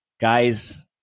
Guys